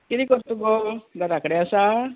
किदें करत गो घरा कडेन आसा